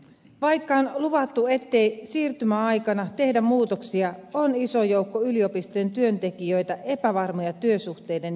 vaikka on luvattu ettei siirtymäaikana tehdä muutoksia on iso joukko yliopistojen työntekijöitä epävarmoja työsuhteiden jatkuvuudesta